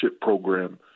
program